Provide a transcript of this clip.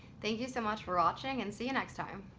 thank you so much for watching and see you next time!